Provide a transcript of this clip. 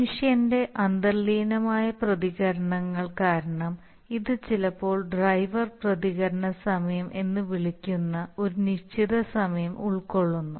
മനുഷ്യന്റെ അന്തർലീനമായ പ്രതികരണങ്ങൾ കാരണം ഇത് ചിലപ്പോൾ ഡ്രൈവർ പ്രതികരണ സമയം എന്ന് വിളിക്കുന്ന ഒരു നിശ്ചിത സമയം ഉൾക്കൊള്ളുന്നു